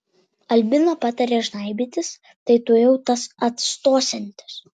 albina patarė žnaibytis tai tuojau tas atstosiantis